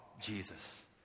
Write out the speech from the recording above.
Jesus